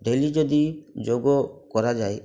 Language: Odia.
ଡେଲି ଯଦି ଯୋଗ କରାଯାଏ